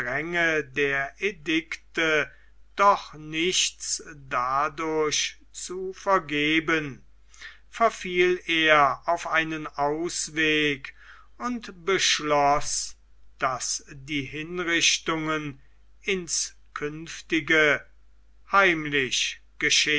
der edikte doch nichts dadurch zu vergeben verfiel er auf einen ausweg und beschloß daß die hinrichtungen ins künftige heimlich